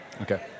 Okay